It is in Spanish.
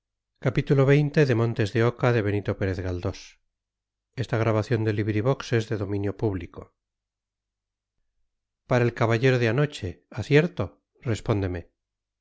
para el caballero de anoche acierto respóndeme